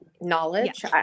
knowledge